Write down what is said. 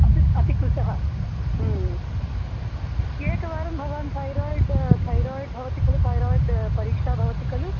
अति अतिकृशः एकवारं भवान् थैराय्ड् थैराय्ड् भवति खलु थैराय्ड् परीक्षा भवति खलु